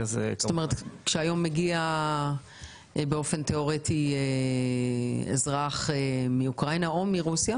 זאת אומרת שבאופן תאורטי מגיע אזרח מאוקראינה או מרוסיה